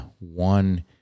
One